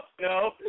no